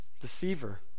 Deceiver